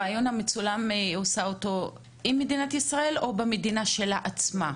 היא עושה את הראיון המצולם במדינת ישראל או במדינה שלה עצמה?